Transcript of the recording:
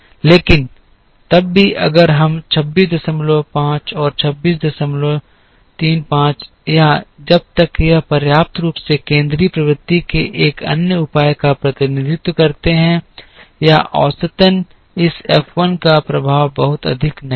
लेकिन तब भी अगर हम २६५ और २६३५ या जब तक यह पर्याप्त रूप से केंद्रीय प्रवृत्ति के एक अन्य उपाय का प्रतिनिधित्व करते हैं या औसतन इस एफ १ का प्रभाव बहुत अधिक नहीं है